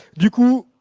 you can